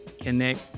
connect